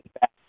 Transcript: back